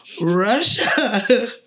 Russia